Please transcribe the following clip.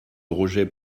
rejet